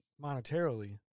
monetarily